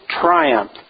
triumph